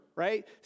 Right